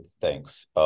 thanks